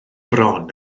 bron